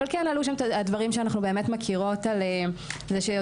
אבל כן עלו שם את הדברים שאנחנו באמת מכירות על זה שיותר